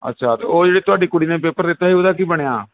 ਅੱਛਾ ਅਤੇ ਉਹ ਜਿਹੜੀ ਤੁਹਾਡੀ ਕੁੜੀ ਨੇ ਪੇਪਰ ਦਿੱਤਾ ਸੀ ਉਹਦਾ ਕੀ ਬਣਿਆ